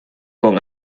con